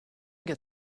get